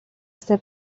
este